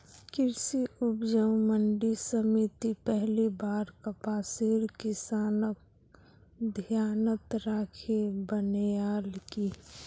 कृषि उपज मंडी समिति पहली बार कपासेर किसानक ध्यानत राखे बनैयाल की